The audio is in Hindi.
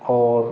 और